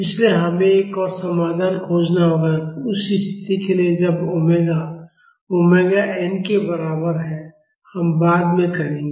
इसलिए हमें एक और समाधान खोजना होगा उस स्थिति के लिए जब ओमेगा ओमेगा एन के बराबर हो हम बाद में करेंगे